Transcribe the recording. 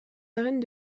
arènes